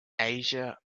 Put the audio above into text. asia